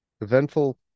eventful